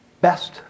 best